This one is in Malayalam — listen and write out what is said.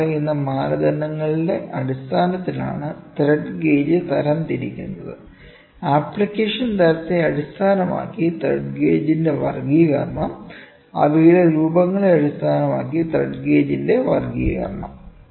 ഇനിപ്പറയുന്ന മാനദണ്ഡങ്ങളുടെ അടിസ്ഥാനത്തിലാണ് ത്രെഡ് ഗേജ് തരംതിരിക്കുന്നത് ആപ്ലിക്കേഷൻ തരത്തെ അടിസ്ഥാനമാക്കി ത്രെഡ് ഗേജിന്റെ വർഗ്ഗീകരണം അവയുടെ രൂപങ്ങളെ അടിസ്ഥാനമാക്കി ത്രെഡ് ഗേജിന്റെ വർഗ്ഗീകരണം